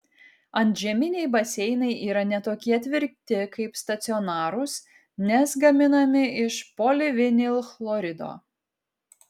antžeminiai baseinai yra ne tokie tvirti kaip stacionarūs nes gaminami iš polivinilchlorido